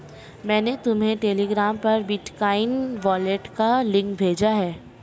मैंने तुम्हें टेलीग्राम पर बिटकॉइन वॉलेट का लिंक भेजा है